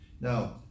Now